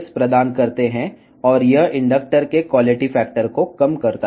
ఇవి నష్టాలను కలిగిస్తాయి అంతేకాకుండా ఇండక్టర్ యొక్క నాణ్యత కారకాన్ని తగ్గిస్తాయి